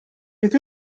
beth